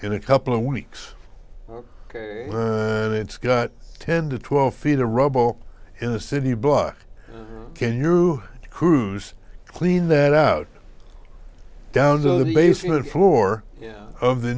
in a couple of weeks and it's got ten to twelve feet the rubble in the city book can you cruise clean that out down the basement floor of the